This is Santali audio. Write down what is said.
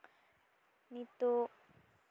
ᱱᱤᱛᱳᱜ